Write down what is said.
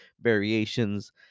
variations